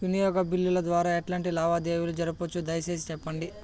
వినియోగ బిల్లుల ద్వారా ఎట్లాంటి లావాదేవీలు జరపొచ్చు, దయసేసి సెప్పండి?